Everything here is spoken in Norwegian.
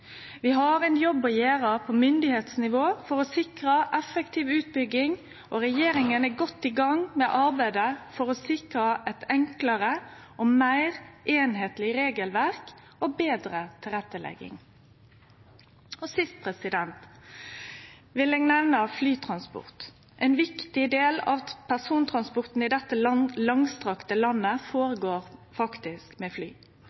Vi har ein jobb å gjere på myndigheitsnivå for å sikre effektiv utbygging. Regjeringa er godt i gang med arbeidet for å sikre eit enklare og meir einskapleg regelverk og betre tilrettelegging. Til sist vil eg nemne flytransport. Ein viktig del av persontransporten i dette langstrakte landet føregår faktisk med fly.